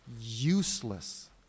useless